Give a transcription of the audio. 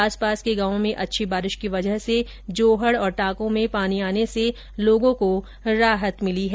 आस पास के गांवों में अच्छी बारिश की वजह से जोहड और टांकों में पानी आने से लोगों को राहत मिली है